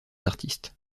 artistes